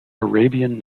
arabian